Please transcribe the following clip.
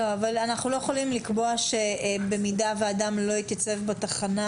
האם אנחנו לא יכולים לקבוע שבמידה ואדם לא התייצב בתחנה,